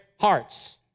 hearts